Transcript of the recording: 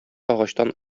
агачтан